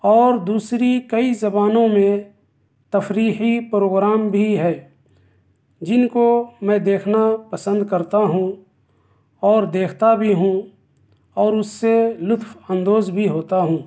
اور دوسری کئی زبانوں میں تفریحی پروگرام بھی ہے جن کو میں دیخنا پسند کرتا ہوں اور دیختا بھی ہوں اس سے لطف اندوز بھی ہوتا ہوں